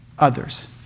Others